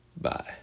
Bye